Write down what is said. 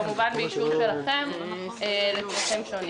כמובן באישור שלכם לצרכים שונים.